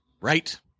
right